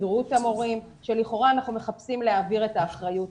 הסתדרות המורים שלכאורה אנחנו מחפשים להעביר את האחריות.